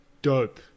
Dope